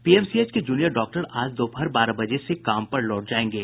PMCH के junior doctor आज दोपहर बारह बजे से काम पर लौट जायेंगे